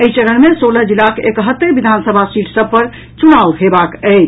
एहि चरण मे सोलह जिलाक एकहत्तरि विधानसभा सीट सभ पर चुनाव हेबाक अछि